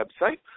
website